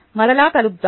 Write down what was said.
మరలా కలుద్దాం